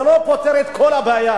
זה לא פותר את כל הבעיה,